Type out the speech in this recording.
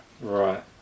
Right